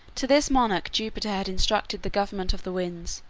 to this monarch jupiter had intrusted the government of the winds,